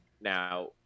Now